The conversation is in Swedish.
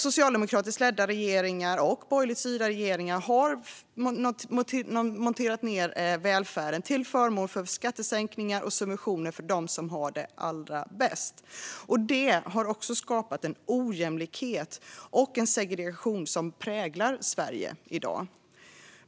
Socialdemokratiskt och borgerligt ledda regeringar har monterat ned välfärden till förmån för skattesänkningar och subventioner för dem som har allra mest. Det har skapat den ojämlikhet och segregation som präglar Sverige i dag.